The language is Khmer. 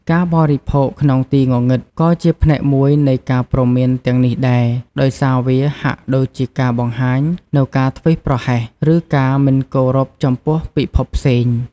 ការបរិភោគក្នុងទីងងឹត ក៏ជាផ្នែកមួយនៃការព្រមានទាំងនេះដែរ ដោយសារវាហាក់ដូចជាការបង្ហាញនូវការធ្វេសប្រហែស ឬការមិនគោរពចំពោះពិភពផ្សេង ។